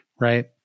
right